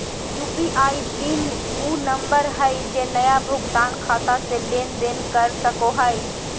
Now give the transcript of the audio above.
UPI PIN उ number हइ जे नया भुगतान खाता से लेन देन कर सको हइ